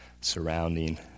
surrounding